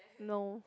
no